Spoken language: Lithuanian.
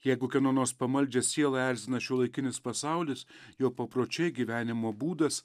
jeigu kieno nors pamaldžią sielą erzina šiuolaikinis pasaulis jo papročiai gyvenimo būdas